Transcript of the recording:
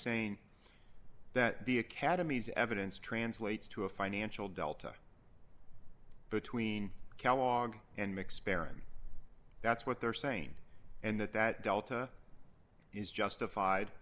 saying that the academy's evidence translates to a financial delta between kellogg and experiment that's what they're saying and that that delta is justified